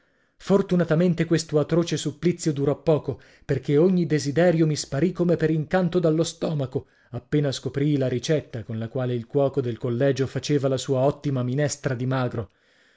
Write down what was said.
fortunatamente questo atroce supplizio durò poco perché ogni desiderio mi sparì come per incanto dallo stomaco appena scoprii la ricetta con la quale il cuoco del collegio faceva la sua ottima minestra di magro